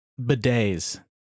bidets